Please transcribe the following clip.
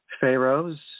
pharaohs